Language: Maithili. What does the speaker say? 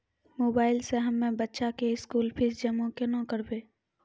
मोबाइल से हम्मय बच्चा के स्कूल फीस जमा केना करबै?